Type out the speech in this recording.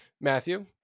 Matthew